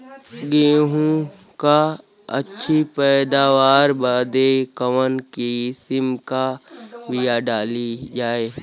गेहूँ क अच्छी पैदावार बदे कवन किसीम क बिया डाली जाये?